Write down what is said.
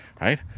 right